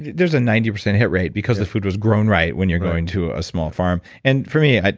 there's a ninety percent hit rate because the food was grown right when you're going to a small farm. and for me,